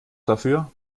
dafür